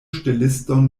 ŝteliston